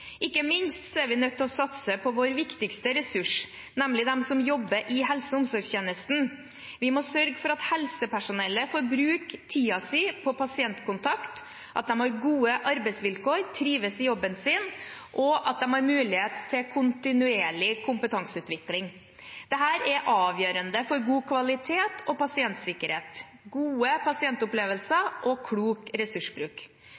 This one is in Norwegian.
Ikke minst er vi nødt til å satse på vår viktigste ressurs, nemlig dem som jobber i helse- og omsorgstjenesten. Vi må sørge for at helsepersonellet får bruke tiden sin på pasientkontakt, at de har gode arbeidsvilkår, trives i jobben sin og har mulighet til kontinuerlig kompetanseutvikling. Dette er avgjørende for god kvalitet og pasientsikkerhet, gode